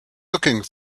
looking